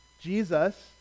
Jesus